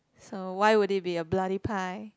so why would there be a bloody pie